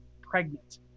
pregnant